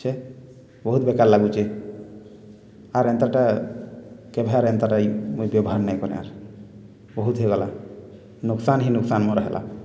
ଛେ ବହୁତ୍ ବେକାର୍ ଲାଗୁଚେ ଆର୍ ଏନ୍ତାଟା କେଭେ ଆର୍ ଏନ୍ତାଟା ଏଇ ମୁଇଁ ବ୍ୟବହାର୍ ନାଇଁ କରେଁ ଆର୍ ବହୁତ୍ ହେଇଗଲା ନୁକସାନ୍ ହିଁ ନୁକସାନ୍ ମୋର୍ ହେଲା